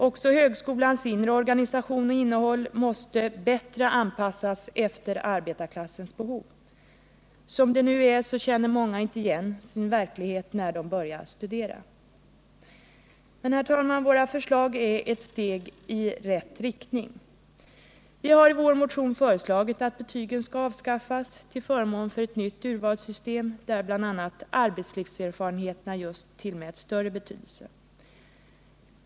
Också högskolans inre organisation och innehåll måste bättre anpassas efter arbetarklassens behov. Som det nu är känner många inte igen sin verklighet när de börjar studera. Men, herr talman, våra förslag är ett steg i rätt riktning. Vi har i vår motion föreslagit att betygen skall avskaffas till förmån för ett nytt urvalssystem, där bl.a. arbetslivserfarenheterna tillmäts större betydelse.